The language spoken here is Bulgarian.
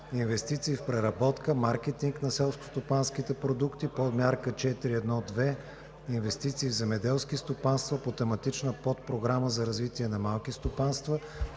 „Инвестиции в преработка/маркетинг на селскостопанските продукти“, Подмярка 4.1.2 „Инвестиции в земеделски стопанства по Тематична подпрограма за развитие на малки стопанства“